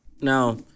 now